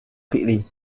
quickly